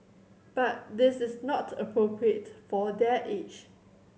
but this is not appropriate for their age